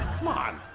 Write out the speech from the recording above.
c'mon.